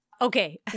Okay